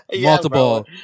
multiple